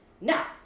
Now